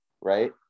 right